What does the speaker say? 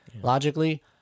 logically